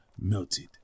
melted